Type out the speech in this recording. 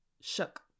shook